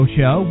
Show